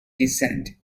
descent